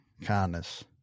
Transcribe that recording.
kindness